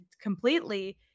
completely